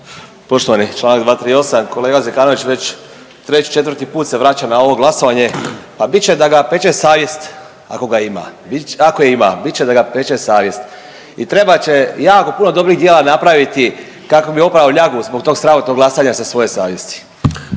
Poštovani, čl. 238. kolega Zekanović već treći, četvrti put se vraća na ovo glasovanje, pa bit će da ga peče savjest ako ga ima, ako je ima, bit će da ga peče savjest i trebat će jako puno dobrih djela napraviti kako bi oprao ljagu zbog tog sramotnog glasanja sa svoje savjesti.